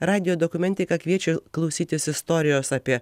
radijo dokumentika kviečia klausytis istorijos apie